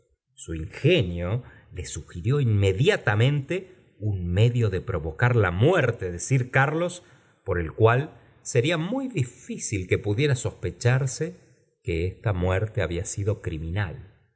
su ingenio le sugirió inmediatamente un medio de provocar la muerte de sir carlos por el cual sería muy difícil que pudiera sospecharse que esta muerte había sido criminal